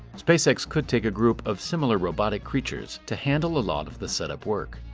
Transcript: spacex could take a group of similar robotic creatures to handle a lot of the setup work.